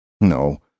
No